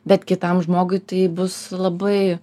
bet kitam žmogui tai bus labai